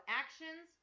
actions